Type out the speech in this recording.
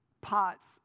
pots